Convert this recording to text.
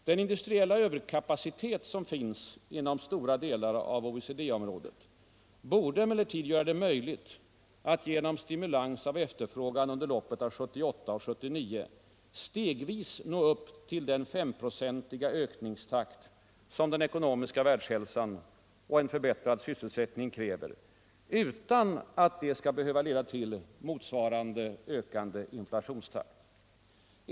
Den industriella överkapacitet som finns inom stora deltar av OECD området borde emellertid göra det möjligt att genom stimulans av efterfrågan underloppet av 1978 och 1979 stegvis nå upp till den 5-procentiga ökningstakt som den ekonomiska världshälsan och en förbättrad sysselsättning kräver utan att det skall behöva leda till en motsvarande inflationstakt.